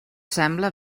sembla